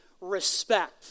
respect